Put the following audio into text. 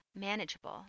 manageable